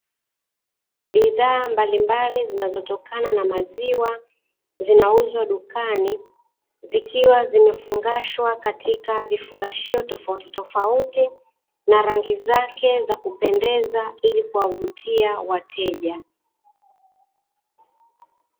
Bidhaa mbalimbali zinazotokana na maziwa, zinauzwa dukani, zikiwa zimefungashwa katika vifungashio tofautitofauti na rangi zake za kupendeza ili kuwavutia wateja.